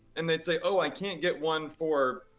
and they'd say, oh, i can't get one for,